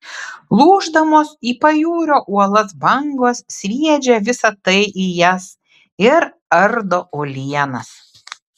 lūždamos į pajūrio uolas bangos sviedžia visa tai į jas ir ardo uolienas